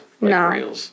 No